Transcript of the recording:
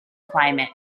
climate